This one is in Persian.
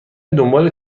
دنبال